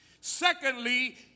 secondly